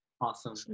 Awesome